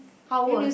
how old